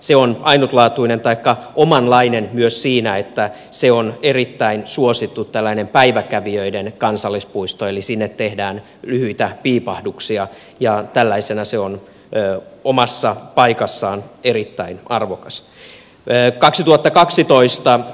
se on omanlainen myös siinä että se on erittäin suosittu tällainen päiväkävijöiden kansallispuisto eli sinne tehdään lyhyitä piipahduksia ja tällaisena se on omassa paikassaan erittäin arvokas